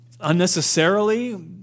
unnecessarily